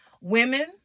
women